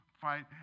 fight